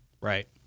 Right